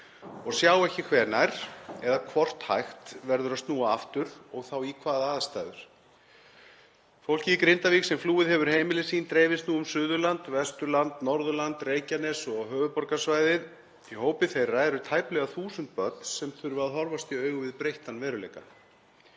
og sjá ekki hvenær eða hvort hægt verður að snúa aftur og þá í hvaða aðstæður. Fólkið í Grindavík sem flúið hefur heimili sín dreifist nú um Suðurland, Vesturland, Norðurland, Reykjanes og höfuðborgarsvæðið. Í hópi þeirra eru tæplega þúsund börn sem þurfa að horfast í augu við breyttan veruleika.